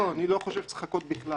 לא, אני לא חושב שצריך לחכות בכלל.